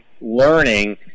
learning